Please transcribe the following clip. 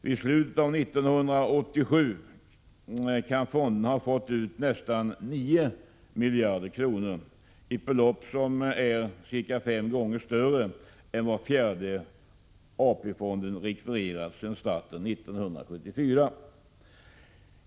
Vid slutet av år 1987 kan fonderna ha fått ut nästan 9 miljarder kronor, ett belopp som är ca fem gånger större än vad fjärde AP-fonden rekvirerat sedan starten 1984.